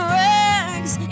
rags